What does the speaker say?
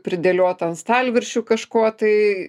pridėliota ant stalviršių kažko tai